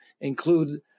include